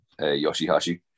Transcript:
Yoshihashi